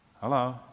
Hello